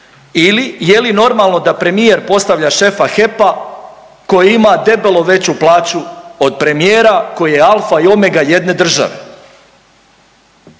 ili je li normalno da premijer postavlja šefa HEP-a koji ima debelo veću plaću od premijera koji je alfa i omega jedne države?